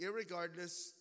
irregardless